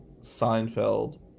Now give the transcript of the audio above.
Seinfeld